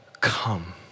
come